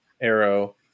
Arrow